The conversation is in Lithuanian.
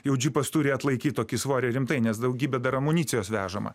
jau džipas turi atlaikyt tokį svorį rimtai nes daugybė dar amunicijos vežama